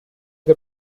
que